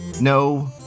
no